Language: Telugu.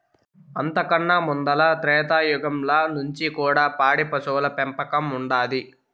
అంతకన్నా ముందల త్రేతాయుగంల నుంచి కూడా పాడి పశువుల పెంపకం ఉండాది